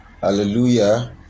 hallelujah